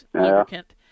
lubricant